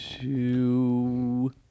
two